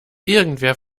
irgendeiner